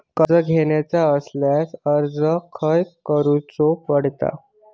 कर्ज घेऊचा असल्यास अर्ज खाय करूचो पडता?